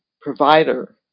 provider